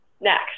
next